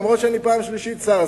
אף-על-פי שאני פעם שלישית שר,